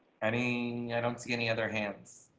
any i don't see any other hands.